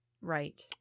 Right